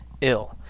ill